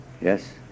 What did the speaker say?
Yes